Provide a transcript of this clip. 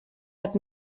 hat